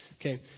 Okay